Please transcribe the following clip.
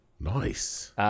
Nice